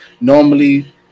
Normally